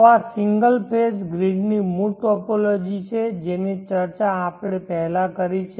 તો આ single phase ગ્રીડની મૂળ ટોપોલોજી છે જેની ચર્ચા આપણે પહેલાં કરી છે